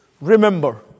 remember